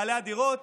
בעלי הדירות